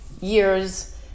years